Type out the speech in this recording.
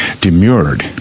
demurred